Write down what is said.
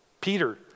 Peter